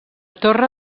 torre